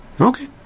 Okay